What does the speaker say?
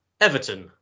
Everton